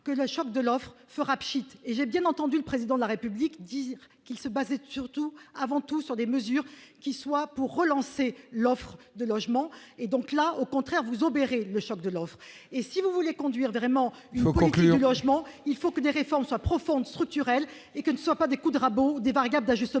que la charte de l'offre fera pschitt et j'ai bien entendu le président de la République, dire qu'il se basait surtout avant tout sur des mesures qui soient pour relancer l'offre de logements et donc là au contraire vous obérer le choc de l'offre et si vous voulez conduire vraiment conclure, logement, il faut que des réformes soient profonde, structurelle et que ne soient pas des coups de rabot des variables d'ajustement